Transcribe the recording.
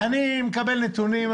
אני מקבל נתונים,